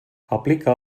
aplica